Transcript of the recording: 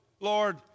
Lord